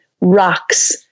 rocks